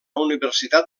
universitat